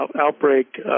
outbreak